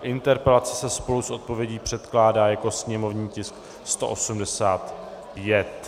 Interpelace se spolu s odpovědí předkládá jako sněmovní tisk 185.